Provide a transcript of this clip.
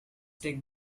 takes